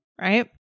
right